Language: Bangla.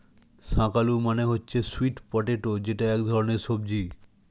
শাক আলু মানে হচ্ছে স্যুইট পটেটো যেটা এক ধরনের সবজি